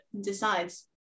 decides